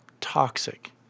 toxic